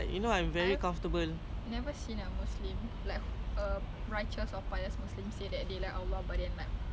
I don't know what is their motive though we never disrespect your god why must you disrespect ours